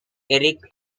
eric